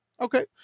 Okay